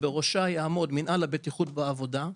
שבראשה יעמוד מינהל הבטיחות בעבודה,